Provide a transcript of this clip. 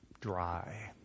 dry